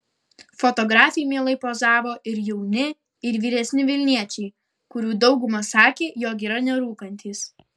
fotografei mielai pozavo ir jauni ir vyresni vilniečiai kurių dauguma sakė jog yra nerūkantys